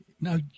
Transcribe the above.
Now